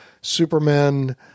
Superman